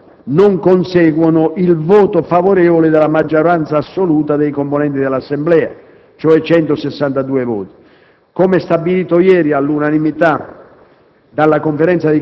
qualora non conseguano il voto favorevole della maggioranza assoluta dei componenti dell'Assemblea, cioè 162 voti. Come stabilito ieri all'unanimità